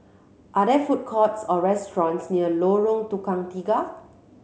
are there food courts or restaurants near Lorong Tukang Tiga